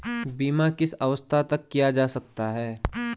बीमा किस अवस्था तक किया जा सकता है?